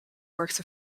works